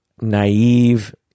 naive